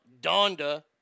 Donda